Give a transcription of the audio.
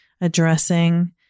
addressing